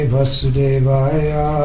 Vasudevaya